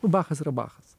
nu bachas yra bachas